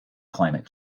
climate